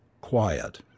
quiet